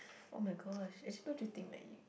[oh]-my-gosh actually don't you think like you